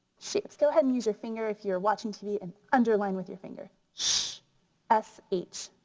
shapes, go ahead and use your finger if you're watching tv and underline with your finger. shh s h,